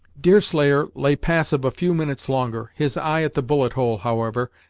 deerslayer lay passive a few minutes longer, his eye at the bullet hole, however,